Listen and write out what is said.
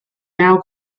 now